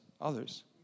others